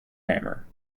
hammer